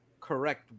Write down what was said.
correct